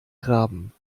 graben